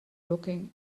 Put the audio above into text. looking